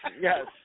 yes